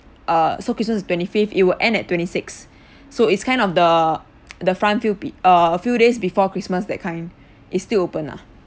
err so christmas is twenty fifth it will end at twenty six so it's kind of the the front few pe~ a few days before christmas that kind is still open lah